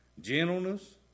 gentleness